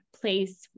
place